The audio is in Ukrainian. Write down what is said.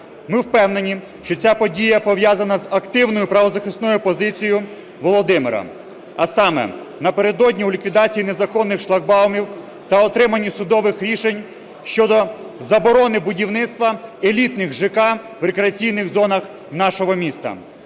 Ми впевнені, що ця подія пов'язана з активною правозахисною позицією Володимира. А саме: напередодні у ліквідації незаконних шлагбаумів та отриманні судових рішень щодо заборони будівництва елітних ЖК в рекреаційних зонах нашого міста.